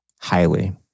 Highly